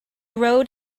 road